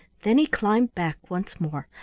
then he climbed back once more,